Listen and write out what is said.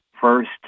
first